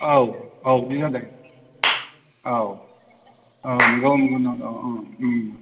औ औ बिदि जादों औ औ नंगौ नंगौ